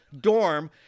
dorm